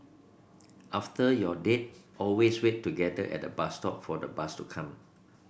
after your date always wait together at the bus stop for the bus to come